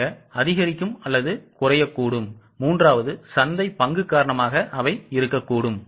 ஆக அதிகரிக்கும் அல்லது ககுறையக்கூடும் மூன்றாவது சந்தைபங்குகாரணமாக இருக்கும்